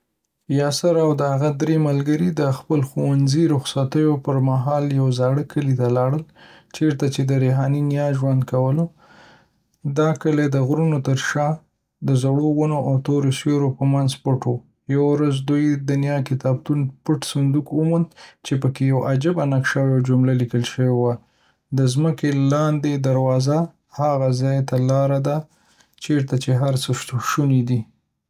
یاسر او د هغه درې ملګري د خپلو ښوونځي رخصتیو پرمهال د یو زاړه کلي ته لاړل، چېرته چې د ریحانې نیا ژوند کوله. دا کلی د غرونو تر شا، د زړو ونو او تورو سیوریو ترمنځ پټ و. یوه ورځ دوی د نیا د کتابتون پټ صندوق وموند، چې پکې یو عجیبه نقشه او یوه جمله لیکل شوې وه: "د ځمکې لاندې دروازه هغه ځای ته لاره ده، چېرته چې هر څه شوني دي."